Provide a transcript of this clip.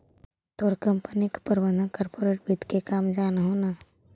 तोर कंपनी के प्रबंधक कॉर्पोरेट वित्त के काम जान हो न